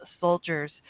soldiers